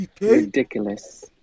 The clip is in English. Ridiculous